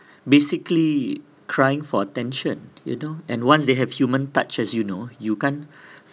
basically crying for attention you know and once they have human touch as you know you kan